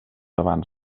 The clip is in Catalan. abans